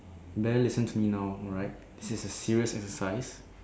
you better listen to me now alright this is a serious exercise